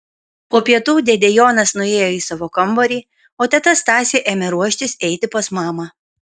po pietų dėdė jonas nuėjo į savo kambarį o teta stasė ėmė ruoštis eiti pas mamą